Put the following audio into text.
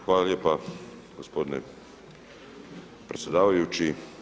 Hvala lijepa gospodine predsjedavajući.